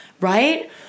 right